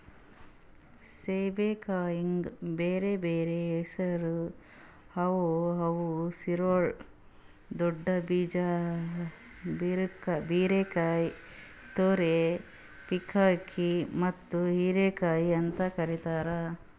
ಸೇಬೆಕಾಯಿಗ್ ಬ್ಯಾರೆ ಬ್ಯಾರೆ ಹೆಸುರ್ ಅವಾ ಅವು ಸಿರೊಳ್, ದೊಡ್ಕಾ, ಬೀರಕಾಯಿ, ತುರೈ, ಪೀರ್ಕಂಕಿ ಮತ್ತ ಹೀರೆಕಾಯಿ ಅಂತ್ ಕರಿತಾರ್